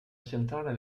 centrale